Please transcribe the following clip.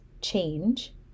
change